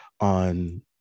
on